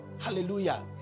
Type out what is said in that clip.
hallelujah